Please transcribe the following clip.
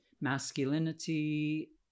masculinity